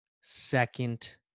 second